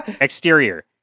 Exterior